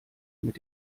mit